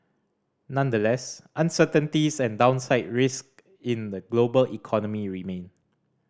nonetheless uncertainties and downside risk in the global economy remain